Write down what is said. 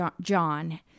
John